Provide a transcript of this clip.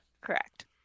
Correct